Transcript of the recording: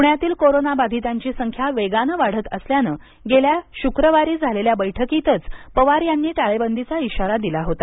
पुण्यातील कोरोनाबाधितांची संख्या वेगानं वाढत असल्यानंगेल्या शुक्रवारी झालेल्या बैठकीतच पवार यांनी टाळेबंदीचा इशारा दिला होता